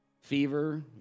fever